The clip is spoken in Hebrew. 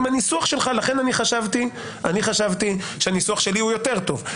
לכן אני חשבתי שהניסוח שלי יותר טוב.